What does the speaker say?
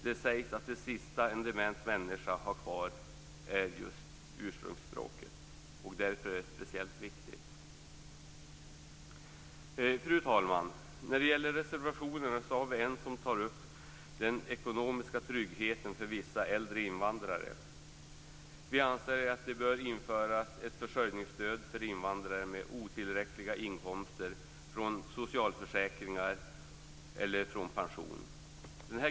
Det sägs att det sista en dement människa har kvar är just ursprungsspråket. Därför är detta speciellt viktigt. Fru talman! Vi har en reservation som tar upp frågan om den ekonomiska tryggheten för vissa äldre invandrare. Vi anser att det bör införas ett försörjningsstöd för invandrare med otillräckliga inkomster från socialförsäkringar eller pension.